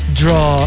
draw